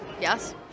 Yes